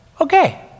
okay